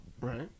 Right